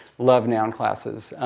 love noun classes.